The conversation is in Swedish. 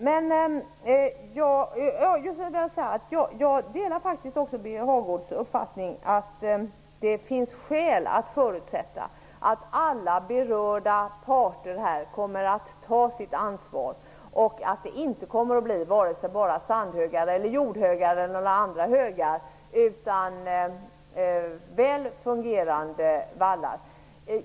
Jag delar faktiskt också Birger Hagårds uppfattning att det finns skäl att förutsätta att alla berörda parter kommer att ta sitt ansvar och att det inte bara kommer att bli sand-, jord eller andra högar utan väl fungerande vallar.